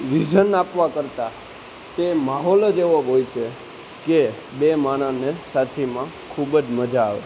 vision આપવા કરતાં તે માહોલ જ એવો હોય છે કે બે માણસને સાથીમાં ખૂબ જ મજા આવે